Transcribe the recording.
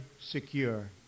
secure